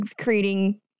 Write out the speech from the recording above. creating